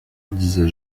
disais